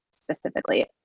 specifically